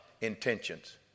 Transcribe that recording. intentions